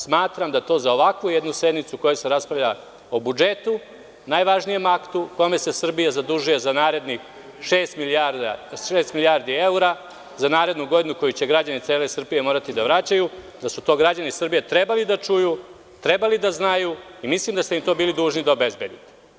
Smatram da su ovakvu jednu sednicu, u kojoj se raspravlja o budžetu, najvažnijem aktu u kome se Srbija zadužuje za narednih šest milijardi evra za narednu godinu, koju će građani cele Srbije morati da vraćaju, građani Srbije trebali da čuju, trebali da znaju i mislim da ste bili dužni da to obezbedite.